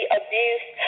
abuse